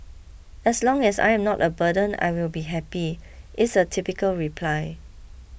as long as I am not a burden I will be happy is a typical reply